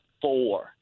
four